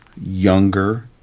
younger